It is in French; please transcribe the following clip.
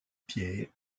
pierres